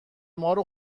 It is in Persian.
مارو